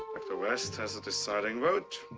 dr. west has the deciding vote.